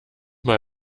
mal